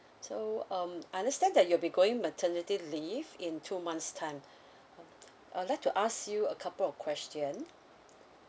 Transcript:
so um I understand that you'll be going maternity leave in two months time I would like to ask you a couple of question